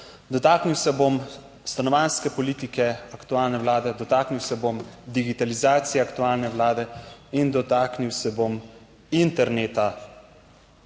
dotaknil se bom stanovanjske politike aktualne Vlade, dotaknil se bom digitalizacije aktualne vlade in dotaknil se bom interneta